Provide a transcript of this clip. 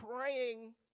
praying